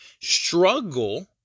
struggle